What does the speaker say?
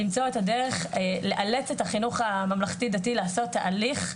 למצוא את הדרך לאלץ את החינוך הממלכתי דתי לעשות תהליך,